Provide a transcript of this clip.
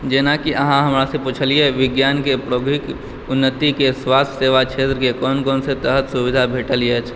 जेनाकि अहाँ हमरा सॅं पूछलियै हँ की विज्ञानक उन्नति के स्वास्थ्य सेवा क्षेत्रके कोन कोन से तहत सुविधा भेटल अछि